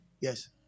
Yes